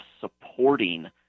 supporting